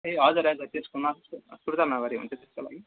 ए हजुर हजुर त्यसको सुर्ता नगरे हुन्छ त्यसको लागि